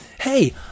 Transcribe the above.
hey